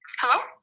Hello